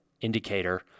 indicator